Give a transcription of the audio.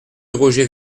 roger